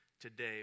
today